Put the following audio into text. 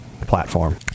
platform